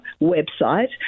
website